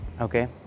Okay